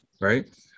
right